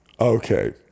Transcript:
Okay